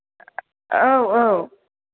औ औ